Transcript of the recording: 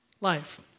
life